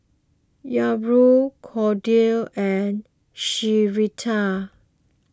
Hyrum Cordie and Sherita